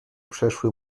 przeszły